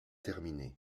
terminé